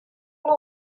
wol